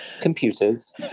computers